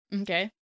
Okay